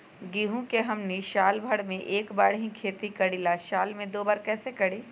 गेंहू के हमनी साल भर मे एक बार ही खेती करीला साल में दो बार कैसे करी?